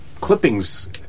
clippings